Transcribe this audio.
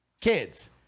kids